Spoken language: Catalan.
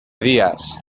dies